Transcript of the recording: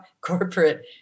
corporate